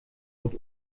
und